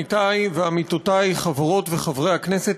עמיתי ועמיתותי חברות וחברי הכנסת,